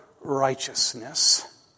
Righteousness